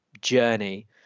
journey